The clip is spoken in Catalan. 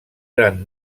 gran